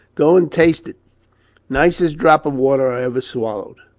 go and taste it nicest drop of water i ever swallowed.